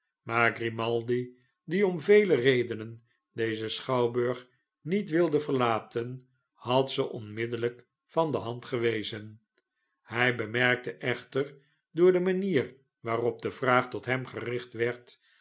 maar grimaldi die om vele redenen dezen schouwburg niet wilde verlaten had ze onmiddellijk van de hand gewezen hij bemerkte echter door de manier waarop de vraag tot hem gericht werd